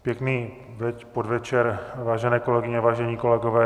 Pěkný podvečer, vážené kolegyně a vážení kolegové.